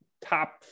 top